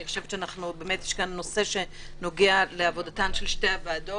אני חושבת שבאמת יש כאן נושא שנוגע לעבודתן של שתי הוועדות.